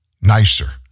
nicer